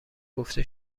گفته